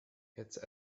its